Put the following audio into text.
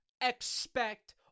expect